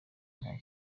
nta